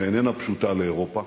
שאיננה פשוטה לאירופה.